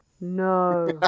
No